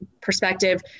perspective